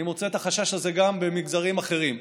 אני מוצא את החשש הזה גם במגזרים אחרים.